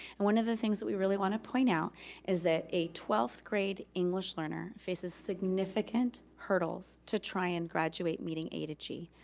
and one of the things that we really want to point out is that a twelfth grade english learner faces significant hurdles to try and graduate meeting a to g.